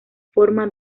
forma